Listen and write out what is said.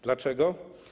Dlaczego?